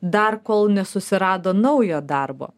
dar kol nesusirado naujo darbo